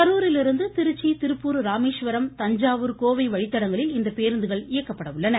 கருரிலிருந்து திருச்சி திருப்பூர் ராமேஸ்வரம் தஞ்சாவூர் கோவை வழித்தடங்களில் இந்த பேருந்துகள் இயக்கப்பட உள்ளன